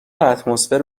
اتمسفر